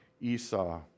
Esau